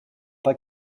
pas